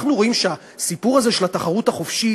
אנחנו רואים שהסיפור הזה של התחרות החופשית